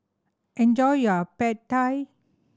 enjoy your Pad Thai